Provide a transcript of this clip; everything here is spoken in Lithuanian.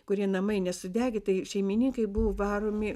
kurie namai nesudegę tai šeimininkai buvo varomi